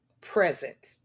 present